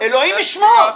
אלוהים ישמור,